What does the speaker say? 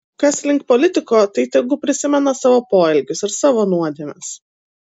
kas link politiko tai tegu prisimena savo poelgius ir savo nuodėmes